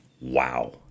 Wow